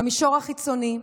במישור החיצוני,